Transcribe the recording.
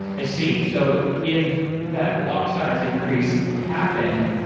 i see. so if that block size increase happened,